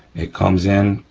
it comes in,